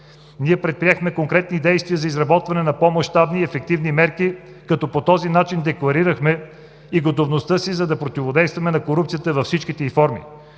Ние предприехме конкретни действия за изработване на по-мащабни и ефективни мерки, като по този начин декларирахме и готовността си да противодействаме на корупцията във всичките й форми.